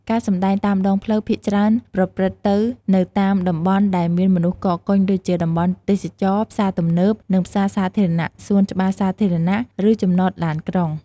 ការសម្ដែងតាមដងផ្លូវភាគច្រើនប្រព្រឹត្តទៅនៅតាមតំបន់ដែលមានមនុស្សកកកុញដូចជា តំបន់ទេសចរណ៍ ផ្សារទំនើប និងផ្សារសាធារណៈ សួនច្បារសាធារណៈ ឬចំណតឡានក្រុង។